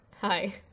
Hi